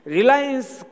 Reliance